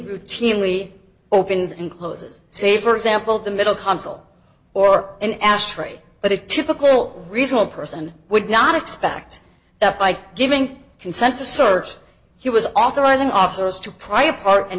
routinely opens and closes say for example the middle consul or an ashtray but it typical reasonable person would not expect that by giving consent to search he was authorizing officers to pry apart and